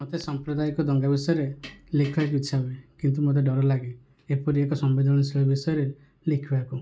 ମୋତେ ସାମ୍ପ୍ରଦାୟକ ଦଙ୍ଗା ବିଷୟରେ ଲେଖିବାକୁ ଇଚ୍ଛା ହୁଏ କିନ୍ତୁ ମୋତେ ଡର ଲାଗେ ଏପରି ଏକ ସମ୍ବେଦନଶୀଳ ବିଷୟରେ ଲେଖିବାକୁ